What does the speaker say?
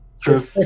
True